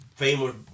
Famous